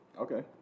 Okay